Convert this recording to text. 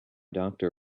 doctor